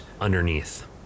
underneath